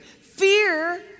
Fear